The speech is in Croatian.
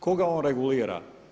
Koga on regulira?